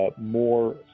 more